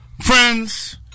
Friends